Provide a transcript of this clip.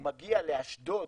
הוא מגיע לאשדוד